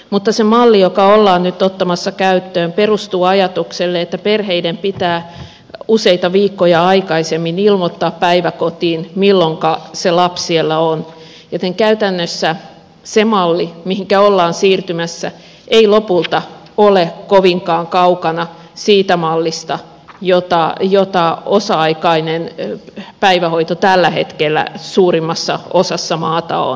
mutta se malli joka ollaan nyt ottamassa käyttöön perustuu ajatukselle että perheiden pitää useita viikkoja aikaisemmin ilmoittaa päiväkotiin milloin lapsi siellä on joten käytännössä se malli mihin ollaan siirtymässä ei lopulta ole kovinkaan kaukana siitä mallista jota osa aikainen päivähoito tällä hetkellä suurimmassa osassa maata on